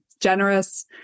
generous